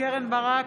קרן ברק,